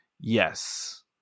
yes